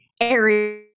area